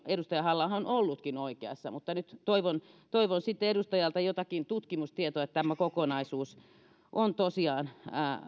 edustaja halla aho on ollutkin oikeassa nyt toivon toivon edustajalta jotakin tutkimustietoa että tämä kokonaisuus on tosiaan